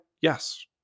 yes